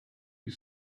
you